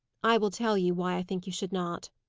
i will tell you why i think you should not,